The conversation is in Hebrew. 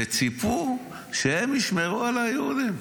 וציפו שהם ישמרו על היהודים.